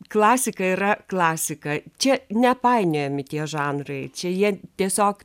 klasika yra klasika čia nepainiojami tie žanrai čia jie tiesiog